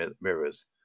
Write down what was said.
mirrors